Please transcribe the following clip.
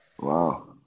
wow